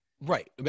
Right